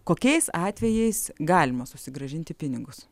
kokiais atvejais galima susigrąžinti pinigus